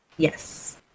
Yes